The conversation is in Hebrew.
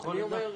אני אומר,